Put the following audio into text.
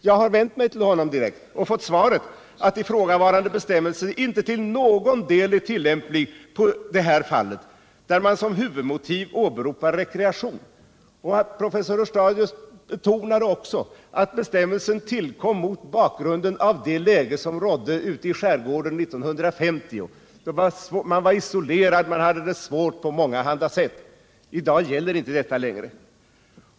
Det har jag gjort och fått svaret, att ifrågavarande bestämmelse inte till någon del är tillämplig på det här fallet, där man som huvudmotiv åberopar rekreation. Professor Hörstadius betonade också att bestämmelsen tillkom mot bakgrunden av det läge som rådde i skärgårdsområdena 1950. Man var där isolerad och hade det svårt på mångahanda sätt. I dag gäller inte längre sådana förhållanden.